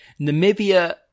Namibia